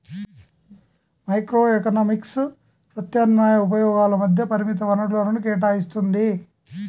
microeconomics ప్రత్యామ్నాయ ఉపయోగాల మధ్య పరిమిత వనరులను కేటాయిత్తుంది